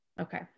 Okay